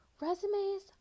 resumes